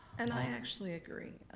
and i actually agree,